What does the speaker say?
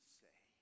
say